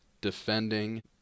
defending